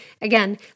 again